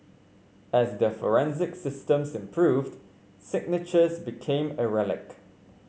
as their forensic systems improved signatures became a relic